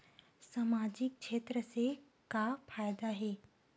सामजिक क्षेत्र से का फ़ायदा हे?